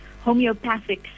homeopathic